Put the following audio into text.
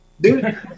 Dude